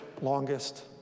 longest